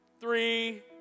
three